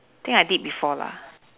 think I did before lah